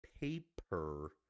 paper